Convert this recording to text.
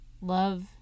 love